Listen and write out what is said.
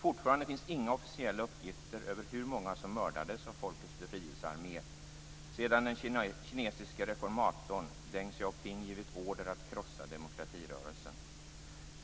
Fortfarande finns inga officiella uppgifter över hur många som mördades av Folkets befrielsearmé sedan den kinesiske reformatorn Deng Hsiao-ping givit order att krossa demokratirörelsen.